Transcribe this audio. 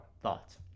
thoughts